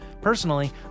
Personally